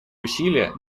усилия